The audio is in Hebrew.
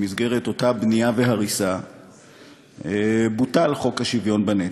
במסגרת אותה בנייה והריסה בוטל חוק השוויון בנטל,